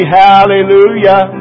hallelujah